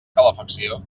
calefacció